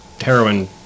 heroin